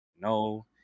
No